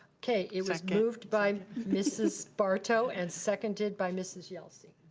okay, it was moved by mrs. barto and seconded by mrs. yelsey.